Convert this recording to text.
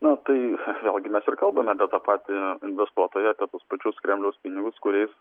na tai vėlgi mes ir kalbame apie tą patį investuotoją apie tuos pačius kremliaus pinigus kuriais